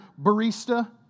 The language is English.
barista